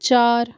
चार